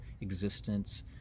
existence